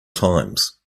times